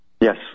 Yes